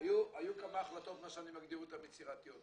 היו כמה החלטות שאני מגדיר אותן יצירתיות.